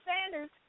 Sanders